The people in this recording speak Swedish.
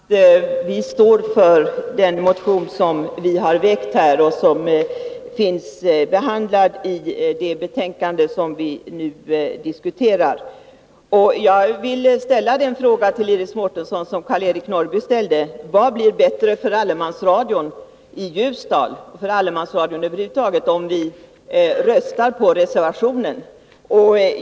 Herr talman! Jag vill bara påpeka att vi står för den motion som vi har väckt och som finns behandlad i det betänkande som vi nu diskuterar. Jag vill ställa den fråga till Iris Mårtensson som Karl-Eric Norrby ställde: Vad blir bättre för allemansradion i Ljusdal eller för allemansradion över huvud taget, om vi röstar på reservationen?